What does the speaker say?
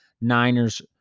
Niners